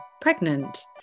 pregnant